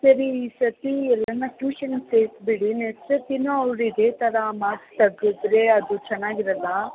ಸರಿ ಈ ಸರ್ತಿ ಎಲ್ಲಾರ ಟ್ಯೂಷನ್ಗೆ ಸೇರ್ಸಿ ಬಿಡಿ ನೆಕ್ಸ್ಟ್ ಸರ್ತಿನೂ ಅವ್ರು ಇದೆ ಥರ ಮಾರ್ಕ್ಸ್ ತೆಗೆದ್ರೆ ಅದು ಚೆನ್ನಾಗಿರಲ್ಲ